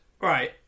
Right